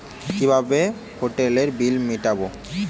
কিভাবে হোটেলের বিল মিটাব?